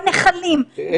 בנחלים,